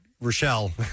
Rochelle